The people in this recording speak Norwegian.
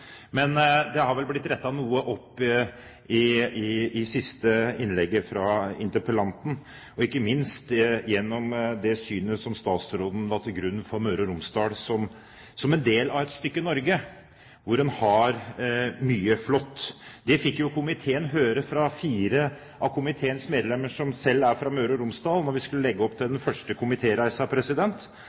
Men det ble vel rettet noe opp i det siste innlegget fra interpellanten, og ikke minst gjennom det synet som statsråden la til grunn for Møre og Romsdal, som et stykke Norge hvor man har mye flott. Det fikk komiteen høre fra fire av komiteens medlemmer som selv er fra Møre og Romsdal, da vi skulle legge opp til den første